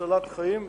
הצלת חיים וכדומה.